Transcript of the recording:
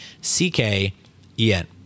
C-K-E-N